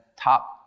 top